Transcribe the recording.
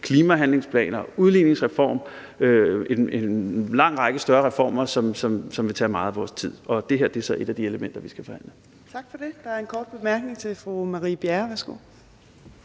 klimahandlingsplaner, udligningsreform, en lang række større reformer, som vil tage meget af vores tid. Det her er så et af de elementer, vi skal forhandle. Kl. 14:32 Fjerde næstformand (Trine Torp): Tak for det. Der er en kort bemærkning til fru Marie Bjerre.